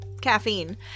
caffeine